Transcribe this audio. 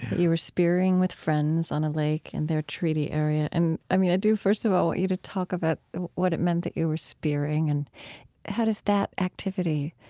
you were spearing with friends on a lake in their treaty area. and i mean, i do, first of all, want you to talk about what it meant that you were spearing, and how does that activity